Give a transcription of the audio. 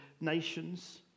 nations